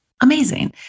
Amazing